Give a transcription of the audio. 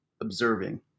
observing